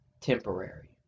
temporary